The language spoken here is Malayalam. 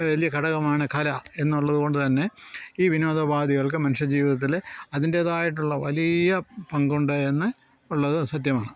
ഒരു വലിയ ഘടകമാണ് കല എന്നുള്ളത് കൊണ്ട് തന്നെ ഈ വിനോദ ഉപാധികൾക്ക് മനുഷ്യ ജീവിതത്തിൽ അതിൻ്റേതായിട്ടുള്ള വലിയ പങ്കുണ്ട് എന്ന് ഉള്ളത് സത്യമാണ്